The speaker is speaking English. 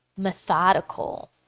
methodical